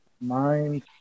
mind